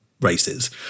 races